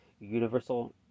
Universal